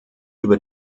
über